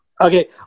Okay